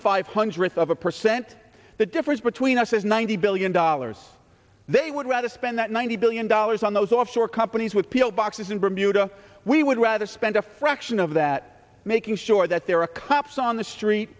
five hundredth of a percent the difference between us is ninety billion dollars they would rather spend that ninety billion dollars on those offshore companies with pillboxes in bermuda we would rather spend a fraction of that making sure that there are a cups on the street